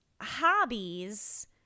hobbies